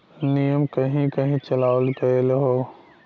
नियम कहीं कही चलावल गएल हौ